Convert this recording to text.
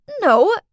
No